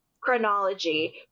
chronology